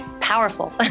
powerful